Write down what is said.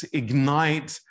ignite